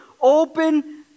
open